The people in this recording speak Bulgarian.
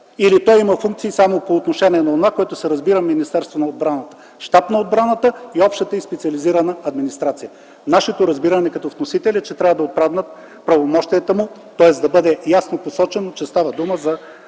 Или той има функции само по отношение на Министерството на отбраната – Щаб на отбраната и обща и специализирана администрация. Нашето разбиране като вносители е, че трябва да отпаднат правомощията му и ясно да бъде посочено, че става дума за